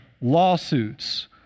lawsuits